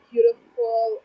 Beautiful